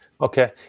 Okay